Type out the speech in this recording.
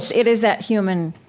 it is that human